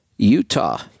Utah